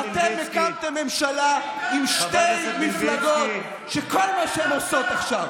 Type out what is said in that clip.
אתם הקמתם ממשלה עם שתי מפלגות שכל מה שהן שעושות עכשיו